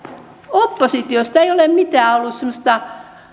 oppositiosta ei ole ollut mitään semmoista